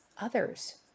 others